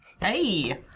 Hey